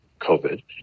COVID